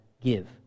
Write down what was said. give